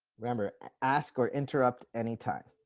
remember, ask or interrupt anytime